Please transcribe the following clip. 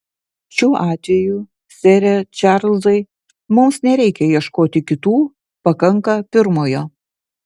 šiuo atveju sere čarlzai mums nereikia ieškoti kitų pakanka pirmojo